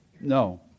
No